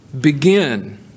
begin